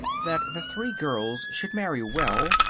that the three girls should marry well,